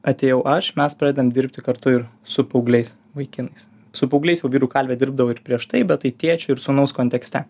atėjau aš mes pradedam dirbti kartu ir su paaugliais vaikinais su paaugliais jau vyrų kalvė dirbdavo ir prieš tai bet tai tėčio ir sūnaus kontekste